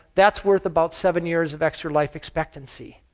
that's worth about seven years of extra life expectancy.